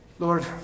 Lord